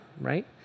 right